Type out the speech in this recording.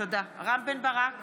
רם בן ברק,